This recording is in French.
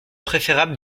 préférable